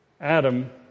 Adam